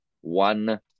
one